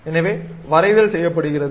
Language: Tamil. எனவே வரைதல் செய்யப்படுகிறது